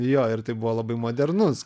jo ir tai buvo labai modernus